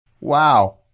Wow